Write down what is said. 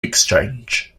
exchange